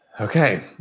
Okay